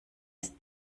ist